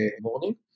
morning